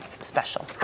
special